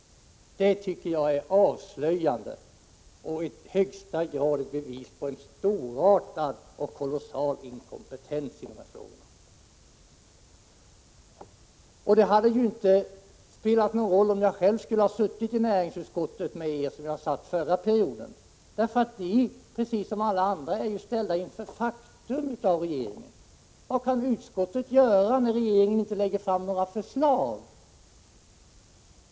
Det tycker jag är avslöjande och i högsta grad ett bevis på en storartad och kolossal inkompetens i dessa frågor. Det hade inte spelat någon roll om jag hade suttit tillsammans med er i näringsutskottet, som jag gjorde förra perioden, för ni är ju precis som alla andra ställda inför faktum av regeringen. Vad kan utskottet göra, när regeringen inte lägger fram några förslag?